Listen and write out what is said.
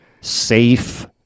safe